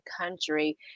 country